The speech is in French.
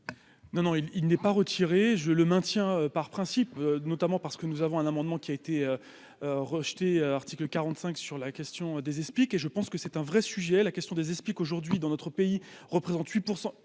Non non il il n'est pas retiré, je le maintiens, par principe, notamment parce que nous avons un amendement qui a été rejetée article 45 sur la question des explique et je pense que c'est un vrai sujet, la question des explique aujourd'hui dans notre pays représente 8